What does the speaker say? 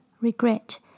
regret